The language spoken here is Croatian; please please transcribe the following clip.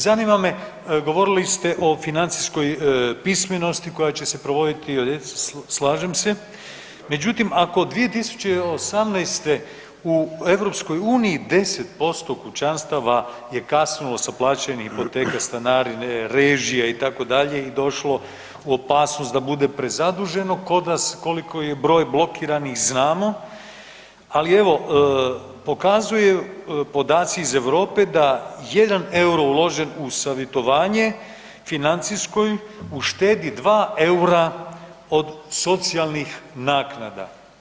Zanima me, govorili ste o financijskoj pismenosti koja će se provoditi ... slažem se, međutim ako 2018. u EU 10% kućanstava je kasnilo sa plaćanjem hipoteke, stanarine, režija itd., i došlo u opasnost da bude prezaduženo, kod nas koliko je i broj blokiranih znamo, ali evo, pokazuju podaci iz Europe da 1 euro uložen u savjetovanje financijskoj, uštedi 2 eura od socijalnih naknada.